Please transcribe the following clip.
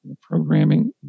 programming